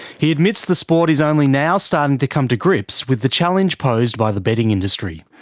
he admits the sport is only now starting to come to grips with the challenge posed by the betting industry.